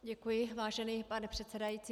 Děkuji, vážený pane předsedající.